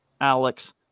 Alex